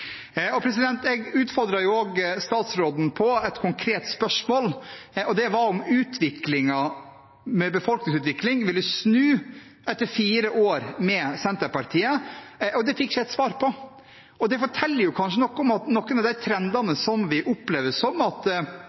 Jeg utfordret statsråden på et konkret spørsmål om befolkningsutviklingen ville snu etter fire år med Senterpartiet, og det fikk jeg ikke svar på. Det forteller kanskje noe om at de trendene vi opplever, som